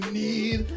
need